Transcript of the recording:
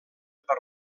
per